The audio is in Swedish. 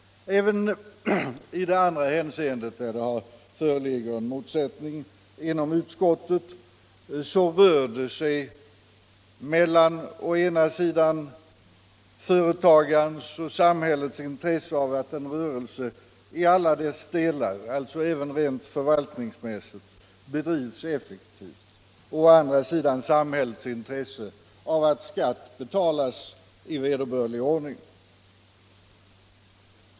Även i ett annat hänseende föreligger motsättning inom utskottet. Det rör sig om en avvägning mellan å ena sidan företagarens och samhällets intresse av att en rörelse i alla sina delar — alltså även rent förvaltningsmässigt — bedrivs effektivt och å andra sidan samhällets intresse av att skatt betalas i vederbörlig ordning.